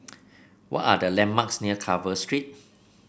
what are the landmarks near Carver Street